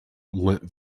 lent